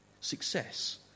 Success